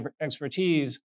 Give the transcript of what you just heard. expertise